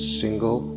single